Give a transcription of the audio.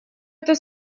это